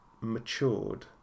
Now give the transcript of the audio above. matured